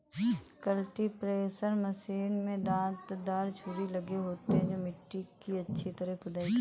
cultipacker machine में दांत दार छुरी लगे होते हैं जो मिट्टी की अच्छी खुदाई करते हैं